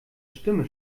stimme